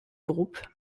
groupe